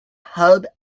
hub